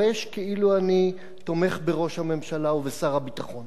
כאילו אני תומך בראש הממשלה ובשר הביטחון.